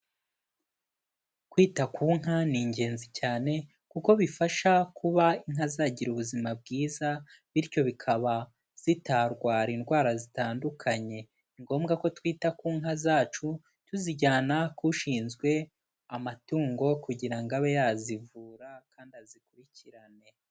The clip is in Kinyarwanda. Kwita ku nka ni ingenzi cyane, kuko bifasha kuba inka zagira ubuzima bwiza, bityo bikaba zitarwara indwara zitandukanye, ni ngombwa ko twita ku nka zacu, tuzijyana k'ushinzwe amatungo kugira ngo abe yazivura kandi azikurikirane.